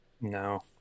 No